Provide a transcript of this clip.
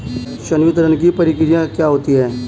संवितरण की प्रक्रिया क्या होती है?